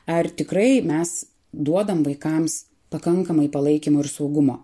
ar tikrai mes duodam vaikams pakankamai palaikymo ir saugumo